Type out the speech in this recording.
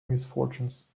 misfortunes